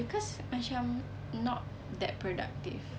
because macam not that productive